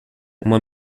uma